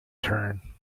turn